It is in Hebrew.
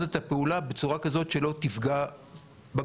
את הפעולה בצורה כזאת שלא תפגע בגופה,